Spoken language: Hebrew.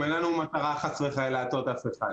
בואו נשים -- אין לנו מטרה חס וחלילה להטעות אף אחד.